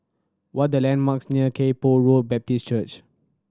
what the landmarks near Kay Poh Road Baptist Church